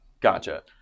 Gotcha